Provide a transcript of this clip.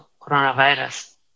coronavirus